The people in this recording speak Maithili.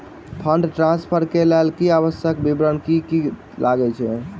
फंड ट्रान्सफर केँ लेल आवश्यक विवरण की की लागै छै?